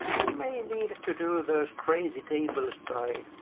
and may need to do those crazy tables by.